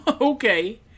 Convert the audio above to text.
okay